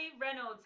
Reynolds